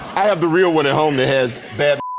i have the real one at home that says bad